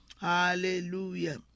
Hallelujah